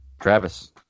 Travis